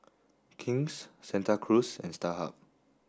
King's Santa Cruz and Starhub